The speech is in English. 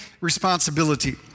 responsibility